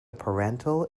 parental